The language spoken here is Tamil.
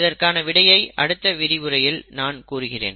இதற்கான விடையை அடுத்த விரிவுரையில் நான் கூறுகிறேன்